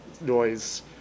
noise